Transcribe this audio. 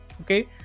okay